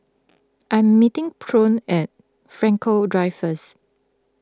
I'm meeting Tyrone at Frankel Drive first